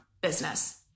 business